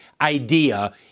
idea